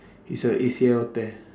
it's a A_C_L tear